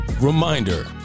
Reminder